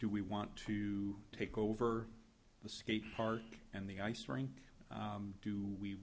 do we want to take over the skate park and the ice rink do we